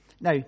Now